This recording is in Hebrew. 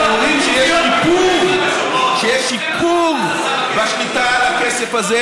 הם אומרים שיש שיפור בשליטה על הכסף הזה,